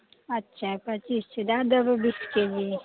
अच्छा पैँतीस छै दए देबै बीस के जी